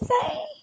say